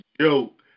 joke